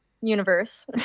universe